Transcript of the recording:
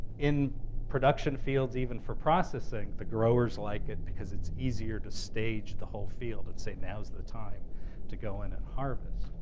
in production fields even for processing, the growers like it because it's easier to stage the whole field and say, now's the time to go in and harvest.